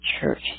church